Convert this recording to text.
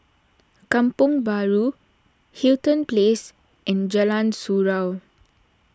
Kampong Bahru Hamilton Place and Jalan Surau